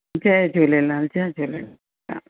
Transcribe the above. जय झूलेलाल जय झूलेलाल हा